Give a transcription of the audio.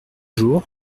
jours